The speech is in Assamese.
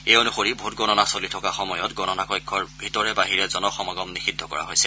এই অনুসৰি ভোট গণনা চলি থকা সময়ত গণনা কক্ষৰ ভিতৰে বাহিৰে জনসমাগম নিষিদ্ধ কৰা হৈছে